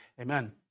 amen